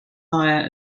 via